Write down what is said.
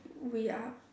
we are